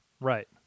Right